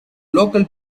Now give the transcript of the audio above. local